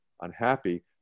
unhappy